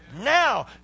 Now